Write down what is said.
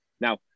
Now